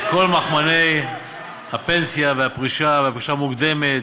כל מכמני הפנסיה והפרישה והפרישה המוקדמת,